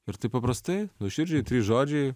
ir taip paprastai nuoširdžiai trys žodžiai